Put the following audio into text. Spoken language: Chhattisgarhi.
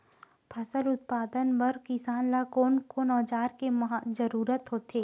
फसल उत्पादन बर किसान ला कोन कोन औजार के जरूरत होथे?